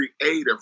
creative